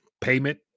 payment